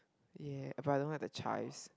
ya but I don't like the chives